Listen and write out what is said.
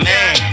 Man